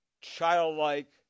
childlike